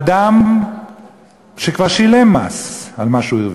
אדם שכבר שילם מס על מה שהוא הרוויח,